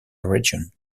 region